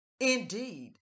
Indeed